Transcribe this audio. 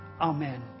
Amen